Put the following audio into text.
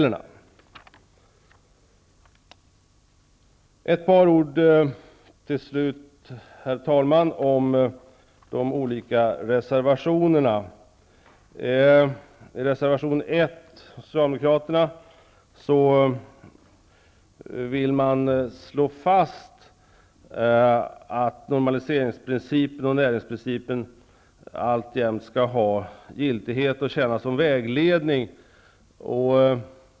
Ett par ord till slut, herr talman, om reservationerna. I reservation 1 från socialdemokraterna vill man slå fast att normaliserings och närhetsprincipen alltjämt skall ha giltighet och tjäna som vägledning.